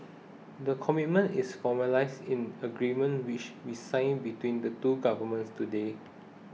the commitment is formalised in agreement which we signed between the two governments today